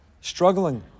struggling